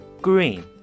green